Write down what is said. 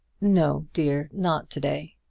no, dear not to-day.